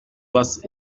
vaste